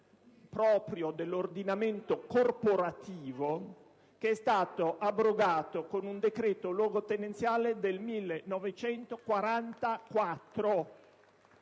proprio dell'ordinamento corporativo, che è stato abrogato con un decreto luogotenenziale del 1944